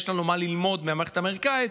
יש לנו מה ללמוד מהמערכת האמריקאית.